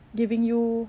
giving you